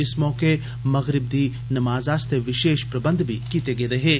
इस मौके मग़रिब दी नमाज आस्तै विशेष परबंध बी कीते गेद हे